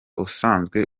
usanzwe